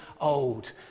old